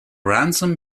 ransom